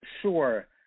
Sure